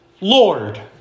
Lord